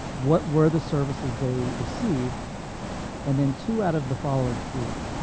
what were the services they received and then, two out of the following three,